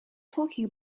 talking